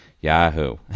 Yahoo